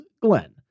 Glenn